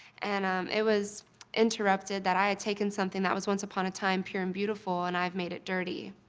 and um it was interpreted that i had taken something that was once upon a time pure and beautiful, and i've made it dirty.